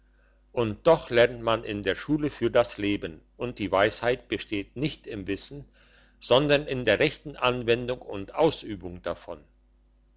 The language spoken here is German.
und doch lernt man in der schule für das leben und die weisheit besteht nicht im wissen sondern in der rechten anwendung und ausübung davon